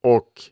Och